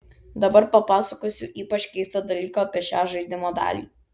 dabar papasakosiu ypač keistą dalyką apie šią žaidimo dalį